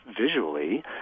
visually